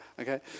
Okay